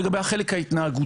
לגבי החלק ההתנהגותי,